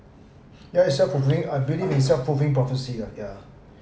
yeah is self fulfilling I believe in self fulfilling prophecy lah yeah